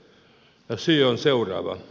syy on seuraava